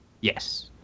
Yes